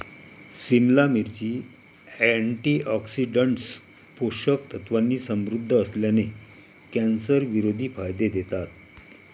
सिमला मिरची, अँटीऑक्सिडंट्स, पोषक तत्वांनी समृद्ध असल्याने, कॅन्सरविरोधी फायदे देतात